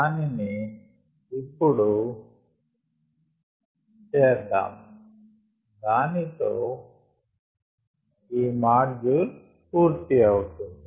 దానిని ఇప్పుడు చేద్దాము దానితో ఈ మాడ్యూల్ పూర్తి అవుతుంది